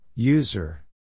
User